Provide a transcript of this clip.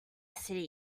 city